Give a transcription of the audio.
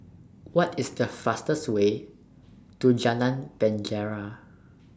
What IS The fastest Way to Jalan Penjara